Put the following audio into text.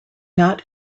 not